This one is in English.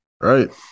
right